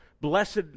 Blessed